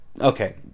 okay